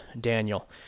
Daniel